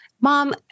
mom